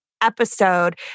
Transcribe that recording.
Episode